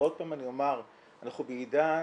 אנחנו בעידן